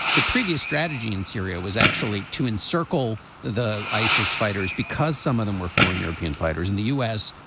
the previous strategy in syria was actually to encircle the isis fighters because some of them were foreign european fighters in the u s.